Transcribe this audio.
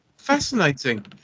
fascinating